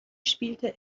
spielte